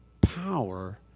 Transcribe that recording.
power